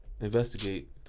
investigate